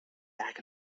back